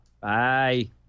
Bye